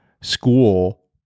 school